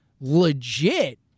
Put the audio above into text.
legit